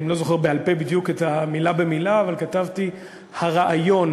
אני לא זוכר בעל-פה מילה במילה, אבל כתבתי: הרעיון